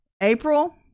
April